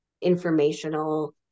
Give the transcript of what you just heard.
informational